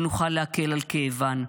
לא נוכל להקל על כאבן.